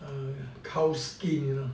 cow skin you know